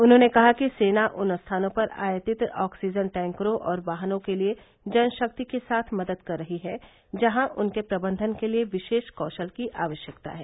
उन्होंने कहा कि सेना उन स्थानों पर आयातित ऑक्सीजन टैंकरों और वाहनों के लिए जनशक्ति के साथ मदद कर रही है जहां उनके प्रबंधन के लिए विशेष कौशल की आवश्यकता है